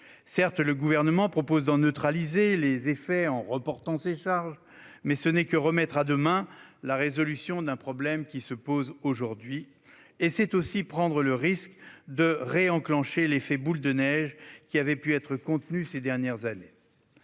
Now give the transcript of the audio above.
Certes, le Gouvernement propose d'en neutraliser les effets en reportant ses charges. Mais ce n'est que remettre à demain la résolution d'un problème qui se pose aujourd'hui. Et c'est aussi prendre le risque de réenclencher l'effet « boule de neige », qui avait pu être contenu ces dernières années.